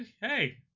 Hey